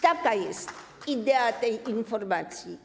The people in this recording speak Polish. Taka jest idea tej informacji.